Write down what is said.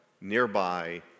nearby